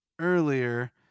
earlier